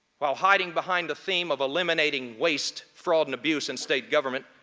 while hiding behind the theme of eliminating waste, fraud, and abuse in state government,